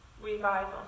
revival